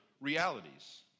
Realities